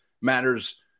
matters